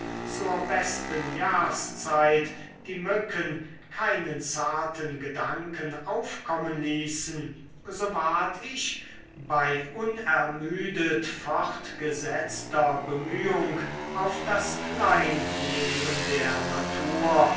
zur besten jahrszeit die mücken keinen zarten gedanken aufkommen ließen so ward ich bei unermüdet fortgesetzter bemühung auf das kleinleben der natur